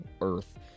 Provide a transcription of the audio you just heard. earth